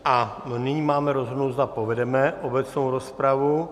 A nyní máme rozhodnout, zda povedeme obecnou rozpravu.